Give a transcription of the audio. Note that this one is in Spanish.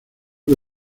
que